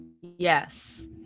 Yes